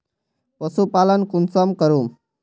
पशुपालन कुंसम करूम?